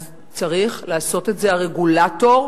אז צריך לעשות את זה הרגולטור,